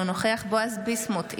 אינו נוכח בועז ביסמוט,